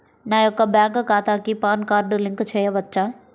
నా యొక్క బ్యాంక్ ఖాతాకి పాన్ కార్డ్ లింక్ చేయవచ్చా?